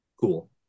cool